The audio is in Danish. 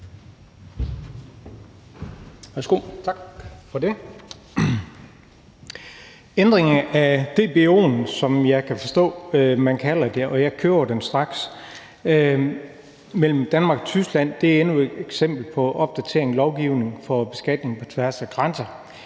Ændringen af DBO'en, som jeg kan forstå man kalder den, og jeg køber den straks, mellem Danmark og Tyskland er endnu et eksempel på opdatering af lovgivning for beskatning på tværs af grænser.